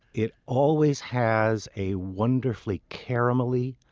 it always has a wonderfully caramelly,